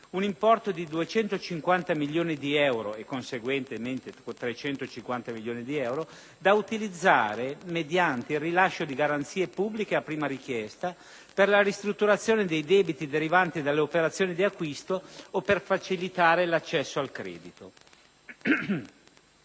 un importo di 250 milioni di euro, da utilizzare, mediante il rilascio di garanzie pubbliche a prima richiesta, per la ristrutturazione dei debiti derivanti dalle operazioni di acquisto o per facilitare l'accesso al credito.